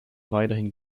weiterhin